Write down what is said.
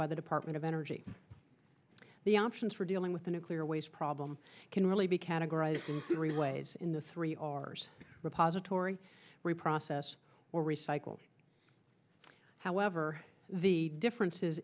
by the department of energy the options for dealing with the nuclear waste problem can really be categorized three ways in the three r s repository reprocess or recycle however the differences